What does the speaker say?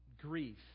grief